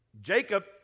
Jacob